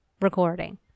recording